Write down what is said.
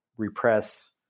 repress